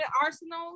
Arsenal